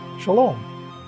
Shalom